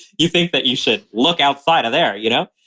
you think that you should look outside of there, you know?